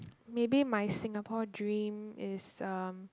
maybe my Singapore dream is um